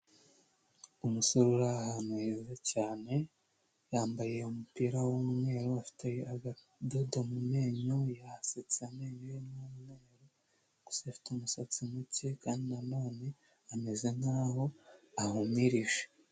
Umusore uri ahantu heza cyane, yambaye umupira w'umweru afite akadodo mu menyo yasetse cyane amenyo ye ni umweru, gusa afite umusatsi muke kandi none ameze nkaho ahumirije.